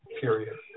period